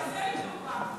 עמר, תעשה לי טובה,